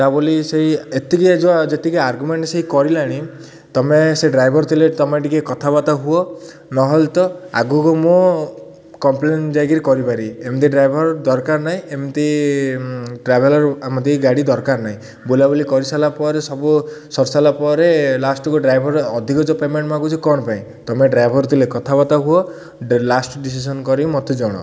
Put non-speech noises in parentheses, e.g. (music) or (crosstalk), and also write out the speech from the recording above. ତା ବୋଲି ସେଇ ଏତିକି ଯେଉଁ ଯେତିକି ଆର୍ଗ୍ୟୁମେଣ୍ଟ୍ ସେଇ କରିଲାଣି ତମେ ସେ ଡ୍ରାଇଭର୍ ଥିଲେ ତମେ ଟିକେ କଥାବାର୍ତ୍ତା ହୁଅ ନହେଲେ ତ ଆଗକୁ ମୁଁ କମ୍ପ୍ଲେନ୍ ଯାଇକିରି କରିପାରିବି ଏମିତି ଡ୍ରାଇଭର୍ ଦରକାର ନାହିଁ ଏମିତି ଟ୍ରାଭେଲର୍ ଆମ ଟି ଗାଡ଼ି ଦରକାର ନାହିଁ ବୁଲାବୁଲି କରିସାରିଲା ପରେ ସବୁ ସରିସାରିଲା ପରେ ଲାଷ୍ଟ୍କୁ ଡ୍ରାଇଭର୍ ଅଧିକ ଯେଉଁ ପେମେଣ୍ଟ୍ ମାଗୁଛି କ'ଣ ପାଇଁ ତମେ ଡ୍ରାଇଭର୍ ଥିଲେ କଥାବର୍ତ୍ତା ହୁଅ (unintelligible) ଲାଷ୍ଟ୍ ଡିସିସନ୍ କରିକି ମତେ ଜଣାଅ